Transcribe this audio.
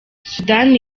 sudani